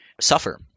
suffer